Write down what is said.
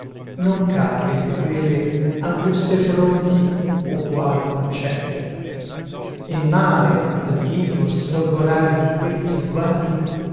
non cape in quelle anguste fronti ugual concetto e male al vivo sfolgorar di quegli sguardi